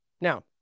Now